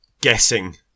guessing